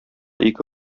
ике